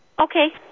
Okay